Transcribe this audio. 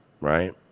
right